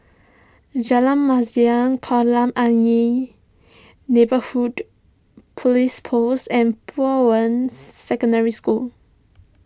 Jalan Masjid Kolam Ayer Neighbourhood Police Post and Bowen Secondary School